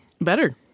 better